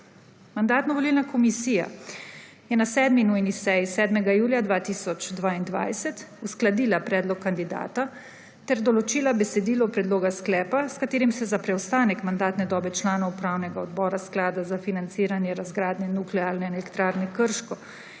Mandatno-volilna komisija je na 7. nujni seji 7. julija 2022 uskladila predlog kandidata ter določila besedo predloga sklepa, s katerim se za preostanek mandatne dobe članov upravnega odbora Sklada za financiranje razgradnje Nuklearne elektrarne Krško